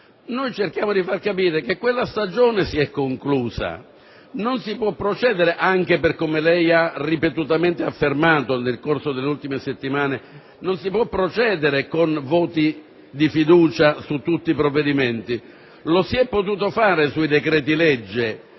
Cerchiamo di far capire ora che quella stagione si è conclusa. Non si può procedere - anche per come lei ha ripetutamente affermato nel corso delle ultime settimane - con voti di fiducia su tutti i provvedimenti. È stato possibile farlo sui decreti-legge